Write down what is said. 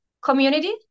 community